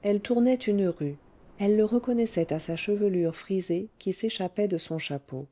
elle tournait une rue elle le reconnaissait à sa chevelure frisée qui s'échappait de son chapeau